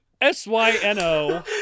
S-Y-N-O